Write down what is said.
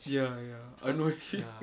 ya ya